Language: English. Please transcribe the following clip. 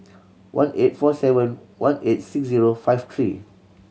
one eight four seven one eight six zero five three